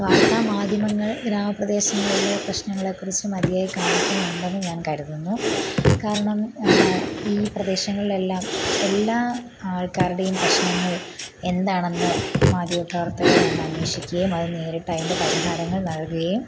വാർത്താമാധ്യമങ്ങൾ ഗ്രാമപ്രദേശങ്ങളിലെ പ്രശ്നങ്ങളെകുറിച്ച് മതിയായി കാണിക്കുന്നുണ്ടെന്ന് ഞാൻ കരുതുന്നു കാരണം ഈ പ്രദേശങ്ങളിലെല്ലാം എല്ലാ ആൾക്കാരുടെയും പ്രശ്നങ്ങൾ എന്താണെന്ന് മാധ്യമപ്രവർത്തകർ വന്ന് അന്വേഷിക്കുകയും അത് നേരിട്ട് അതിൻ്റെ പരിഹാരങ്ങൾ നൽകുകയും